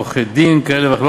עורכי-דין כאלה ואחרים,